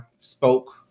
spoke